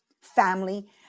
family